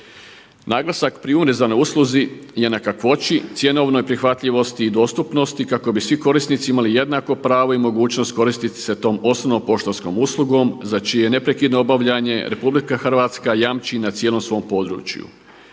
Naglasak pri univerzalnoj usluzi je na kakvoći, cjenovnoj prihvatljivosti i dostupnosti kako bi svi korisnici imali jednako pravo i mogućnost koristiti se tom osnovnom poštanskom uslugom za čije neprekidno obavljanje Republika Hrvatska jamči na cijelom svom području.